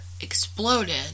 exploded